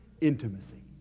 intimacy